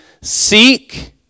seek